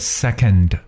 second